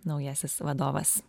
naujasis vadovas